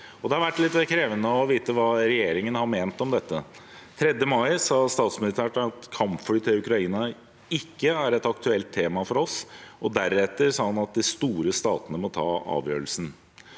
4139 vært litt krevende å vite hva regjeringen har ment om dette. Den 3. mai sa statsministeren at kampfly til Ukraina ikke er et aktuelt tema for oss, og deretter sa han at de store statene må ta avgjørelsen.